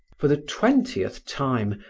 for the twentieth time,